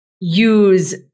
use